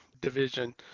division